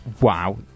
Wow